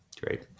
Great